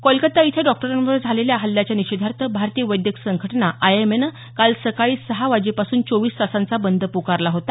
कोलकाता इथं डॉक्टरांवर झालेल्या हल्ल्याच्या निषेधार्थ भारतीय वैद्यक संघटना आयएमएनं काल सकाळी सहा वाजेपासून चोवीस तासांचा बंद पुकारला होता